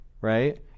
Right